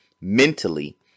mentally